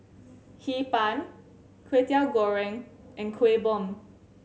Hee Pan Kwetiau Goreng and Kuih Bom